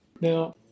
Now